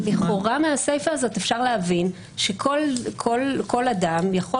--- לכאורה מהסיפה הזאת אפשר להבין שכל אדם יכול